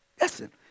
Listen